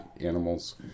animals